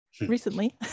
Recently